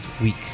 week